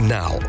now